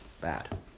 bad